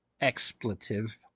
expletive